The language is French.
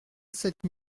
sept